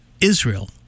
Israel